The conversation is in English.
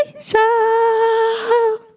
show